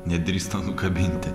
nedrįsta nukabinti